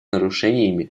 нарушениями